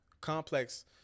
complex